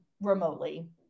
remotely